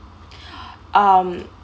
um